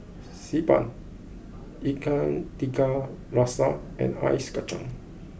Xi Ban Ikan Tiga Rasa and Ice Kacang